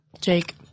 Jake